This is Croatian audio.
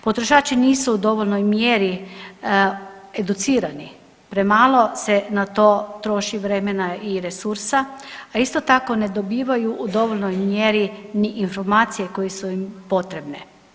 Potrošači nisu u dovoljnoj mjeri educirani, premalo se na to troši vremena i resursa, a isto tako ne dobivaju u dovoljnoj mjeri ni informacije koje su im potrebne.